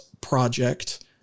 project